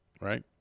right